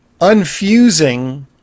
unfusing